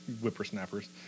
whippersnappers